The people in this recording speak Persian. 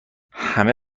همه